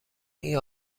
این